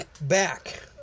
Back